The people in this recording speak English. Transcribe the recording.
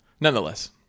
nonetheless